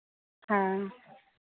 हाँ